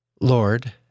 Lord